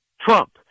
Trump